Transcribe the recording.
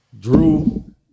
Drew